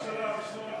ראש הממשלה,